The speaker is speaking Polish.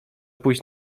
pójść